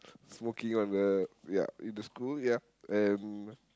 smoking on the yeah in the school yeah and